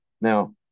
Now